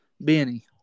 Benny